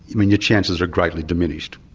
mean your chances are greatly diminished.